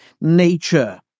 nature